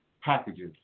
packages